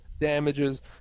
damages